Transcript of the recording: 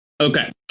Okay